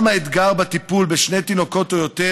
גם האתגר בטיפול בשני תינוקות או יותר